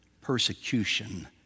persecution